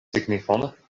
signifon